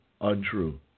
untrue